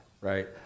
right